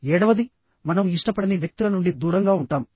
ఏడవది మనం ఇష్టపడని వ్యక్తుల నుండి దూరంగా ఉంటాము